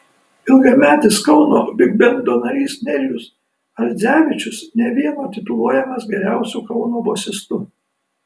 ilgametis kauno bigbendo narys nerijus ardzevičius ne vieno tituluojamas geriausiu kauno bosistu